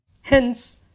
Hence